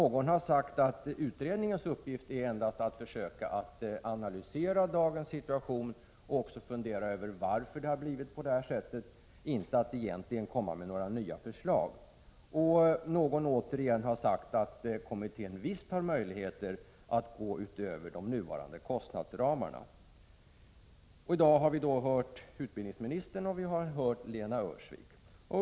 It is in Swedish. Någon har sagt att utredningens uppgift endast är att försöka analysera dagens situation och fundera över varför det har blivit på det sättet — egentligen inte att lägga fram några nya förslag. Ytterligare någon har sagt att kommittén visst har möjligheter att gå utöver de nuvarande kostnadsramarna. I dag har vi fått lyssna på utbildningsministern och Lena Öhrsvik.